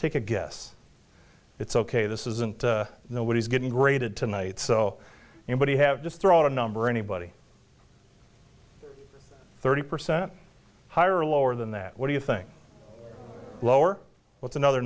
take a guess it's ok this isn't nobody's getting graded tonight so anybody have just thrown a number anybody thirty percent higher or lower than that what do you think lower what's another